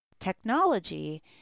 Technology